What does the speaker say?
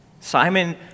Simon